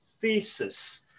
thesis